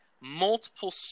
multiple